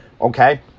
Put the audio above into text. okay